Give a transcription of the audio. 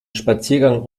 spaziergang